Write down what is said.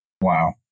Wow